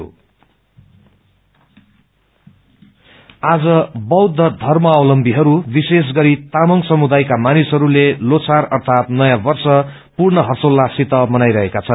लोछार आज बौद्ध धर्मावलम्बीहरू विशेष गरी तामाङ समुदायका मानिसहरूले ल्लो छार अर्थात नयौं वर्ष पूथ्र हर्योल्लाससित मनाइरहेका छन्